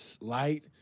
light